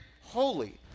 holy